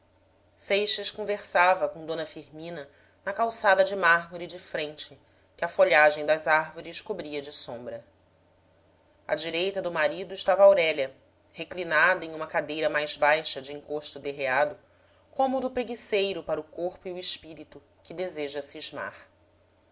seixas conversava com d firmina na calçada de mármore de frente que a folhagem das árvores cobria de sombra à direita do marido estava aurélia reclinada em uma cadeira mais baixa de encosto derreado cômodo preguiceiro para o corpo e o espírito que deseja